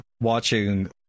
watching